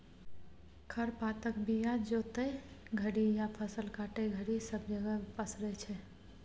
खर पातक बीया जोतय घरी या फसल काटय घरी सब जगह पसरै छी